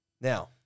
now